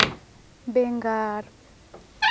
ᱵᱮᱸᱜᱟᱲ